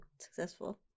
successful